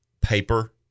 paper